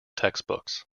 textbooks